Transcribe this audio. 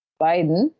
Biden